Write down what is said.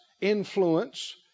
influence